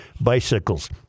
bicycles